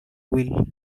will